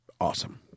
awesome